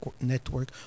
Network